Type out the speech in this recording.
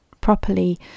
properly